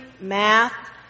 math